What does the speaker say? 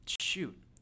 shoot